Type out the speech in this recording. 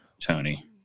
Tony